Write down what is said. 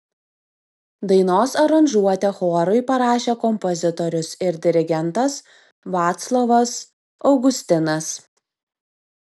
dainos aranžuotę chorui parašė kompozitorius ir dirigentas vaclovas augustinas